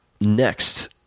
next